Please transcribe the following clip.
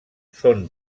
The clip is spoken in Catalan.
són